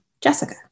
Jessica